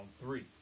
three